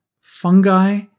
fungi